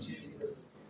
Jesus